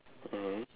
mmhmm